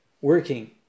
working